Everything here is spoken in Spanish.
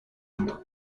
mundo